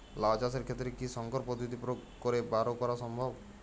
লাও চাষের ক্ষেত্রে কি সংকর পদ্ধতি প্রয়োগ করে বরো করা সম্ভব?